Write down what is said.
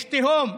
יש אפילו תהום,